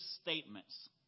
statements